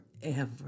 forever